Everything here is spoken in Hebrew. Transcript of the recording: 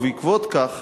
ובעקבות כך